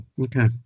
Okay